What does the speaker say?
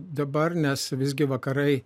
dabar nes visgi vakarai